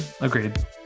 agreed